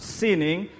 sinning